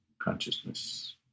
consciousness